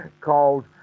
called